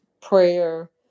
prayer